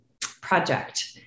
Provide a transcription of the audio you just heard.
project